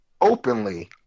openly